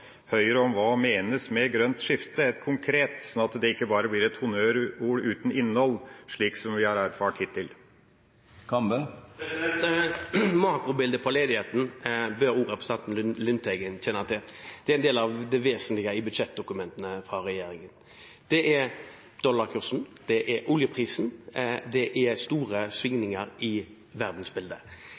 Høyre på hva som menes med grønt skift helt konkret, sånn at det ikke bare blir et honnørord uten innhold, slik som vi har erfart hittil. Makrobildet på ledigheten bør også representanten Lundteigen kjenne til. Det er en del av det vesentlige i budsjettdokumentene fra regjeringen. Det er dollarkursen, det er oljeprisen, det er store svingninger i verdensbildet.